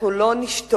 אנחנו לא נשתוק,